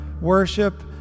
worship